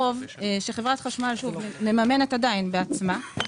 חוב שחברת החשמל מממנת עדיין בעצמה.